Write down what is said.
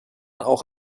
auch